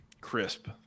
Crisp